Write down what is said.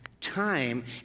time